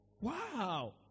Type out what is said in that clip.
Wow